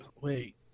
wait